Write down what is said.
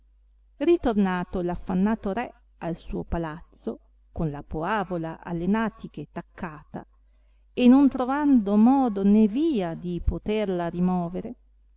a affannato re al suo palazzo con la poavola alle natiche taccata e non trovando modo né via di poterla rimovere